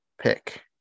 pick